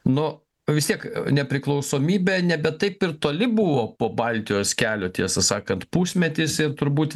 nu vis tiek nepriklausomybė nebe taip ir toli buvo po baltijos kelio tiesą sakant pusmetis ir turbūt